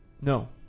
No